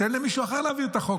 תן למישהו אחר להעביר את החוק,